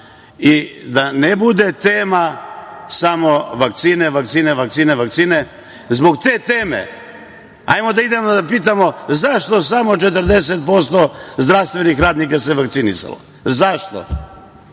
I da ne bude tema samo vakcine, vakcine. Zbog te teme, hajde da idemo da pitamo zašto samo 40% zdravstvenih radnika se vakcinisalo. Zašto?